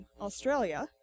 Australia